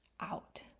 out